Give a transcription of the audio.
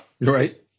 Right